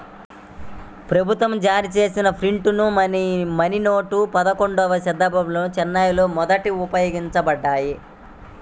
ప్రభుత్వం జారీచేసిన fiat money నోట్లు పదకొండవ శతాబ్దంలో చైనాలో మొదట ఉపయోగించబడ్డాయి